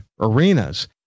arenas